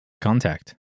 contact